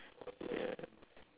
yeah